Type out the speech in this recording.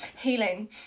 healing